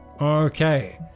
Okay